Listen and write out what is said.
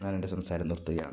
ഞാൻ എൻ്റെ സംസാരം നിർത്തുകയാണ്